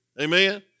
Amen